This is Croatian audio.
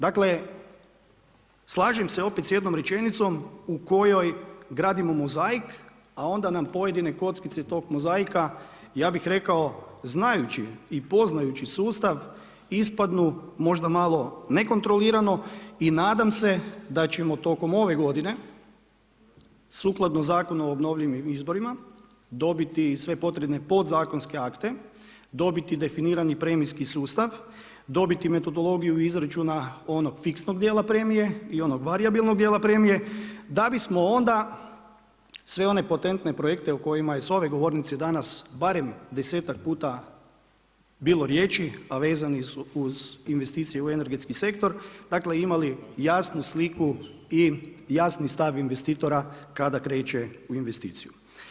Dakle slažem se opet s jednom rečenicom u kojoj gradimo mozaik, a onda nam pojedine kockice tog mozaika ja bih rekao znajući i poznajući sustav ispadnu možda malo nekontrolirano i nadam se da ćemo tokom ove godine, sukladno Zakonu o obnovljivim izvorima dobiti sve potrebne podzakonske akte, dobiti definirani premijski sustav, dobiti metodologiju izračuna onog fiksnog dijela premijer i onog varijabilnog dijela premije da bismo onda sve one potentne projekte o kojima je s ove govornice danas barem desetak puta bilo riječi, a vezani su uz investicije u energetski sektor imali jasnu sliku i jasni stav investitora kada kreće u investiciju.